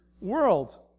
world